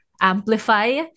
amplify